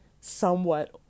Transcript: somewhat